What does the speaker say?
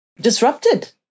disrupted